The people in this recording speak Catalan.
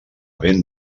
ben